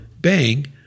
Bang